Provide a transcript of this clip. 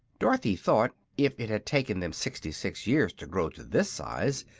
dorothy thought, if it had taken them sixty-six years to grow to this size,